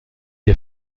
des